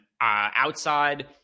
outside